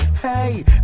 hey